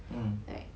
mm